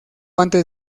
antes